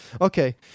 okay